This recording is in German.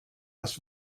das